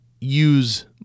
use